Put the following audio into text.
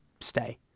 stay